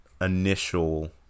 initial